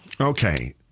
Okay